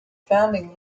founding